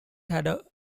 had